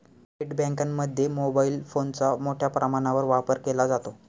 थेट बँकांमध्ये मोबाईल फोनचा मोठ्या प्रमाणावर वापर केला जातो